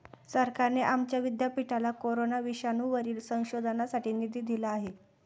सरकारने आमच्या विद्यापीठाला कोरोना विषाणूवरील संशोधनासाठी निधी दिला आहे